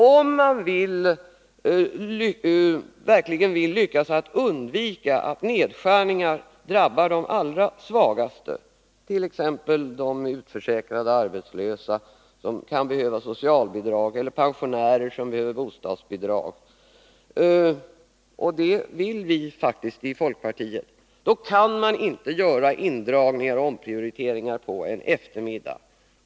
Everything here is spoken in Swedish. Om man verkligen vill lyckas undvika att nedskärningar drabbar de allra svagaste, t.ex. de utförsäkrade arbetslösa som behöver socialbidrag eller pensionärer som behöver bostadsbidrag — och det vill vi i folkpartiet — kan man inte göra indragningar och omprioriteringar på en eftermiddag.